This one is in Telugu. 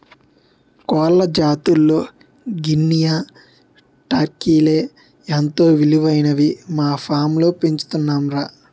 కోళ్ల జాతుల్లో గినియా, టర్కీలే ఎంతో విలువైనవని మా ఫాంలో పెంచుతున్నాంరా